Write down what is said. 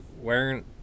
wearing